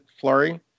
flurry